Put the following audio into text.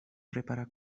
prepara